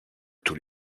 tous